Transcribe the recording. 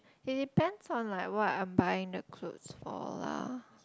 it depends on like what I'm buying the clothes for lah